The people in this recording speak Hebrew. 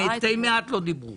מתי מעט לא דיברו